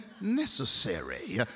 necessary